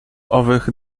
owych